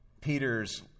Peter's